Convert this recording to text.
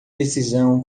decisão